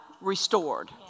restored